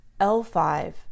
L5